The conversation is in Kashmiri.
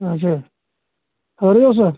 اچھا خأرٕے اوسا